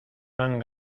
han